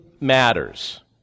matters